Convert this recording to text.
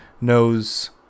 knows